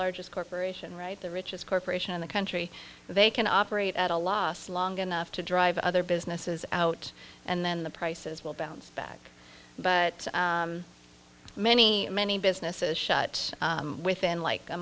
largest corporation right the richest corporation in the country they can operate at a loss long enough to drive other businesses out and then the prices will bounce back but many many businesses shut within like a